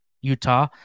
Utah